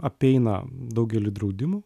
apeina daugelį draudimų